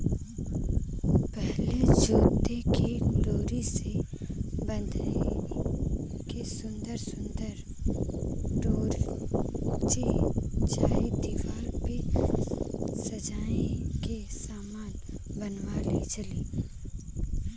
पहिले जूटे के डोरी से बाँध के सुन्दर सुन्दर डोलची चाहे दिवार पे सजाए के सामान बनावल जाला